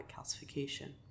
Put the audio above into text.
calcification